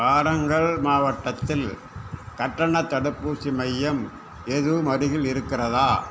வாரங்கல் மாவட்டத்தில் கட்டணத் தடுப்பூசி மையம் எதுவும் அருகில் இருக்கிறதா